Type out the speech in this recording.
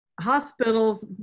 hospitals